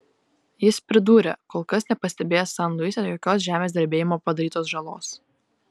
jis pridūrė kol kas nepastebėjęs san luise jokios žemės drebėjimo padarytos žalos